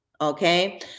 okay